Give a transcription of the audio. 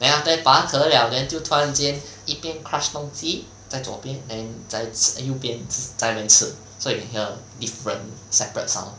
then after 把壳了 then 就突然间一边 crush 东西在左边 then 在吃右边吃在那边吃所以 hear different separate sound